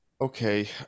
Okay